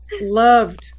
loved